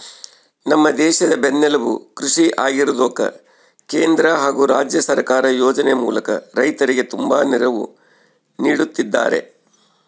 ನಮ್ಮ ದೇಶದ ಬೆನ್ನೆಲುಬು ಕೃಷಿ ಆಗಿರೋದ್ಕ ಕೇಂದ್ರ ಹಾಗು ರಾಜ್ಯ ಸರ್ಕಾರ ಯೋಜನೆ ಮೂಲಕ ರೈತರಿಗೆ ತುಂಬಾ ನೆರವು ನೀಡುತ್ತಿದ್ದಾರೆ